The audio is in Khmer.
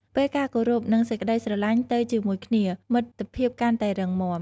ពេលការគោរព និងសេចក្ដីស្រឡាញ់ទៅជាមួយគ្នា មិត្តភាពកាន់តែរឹងមាំ។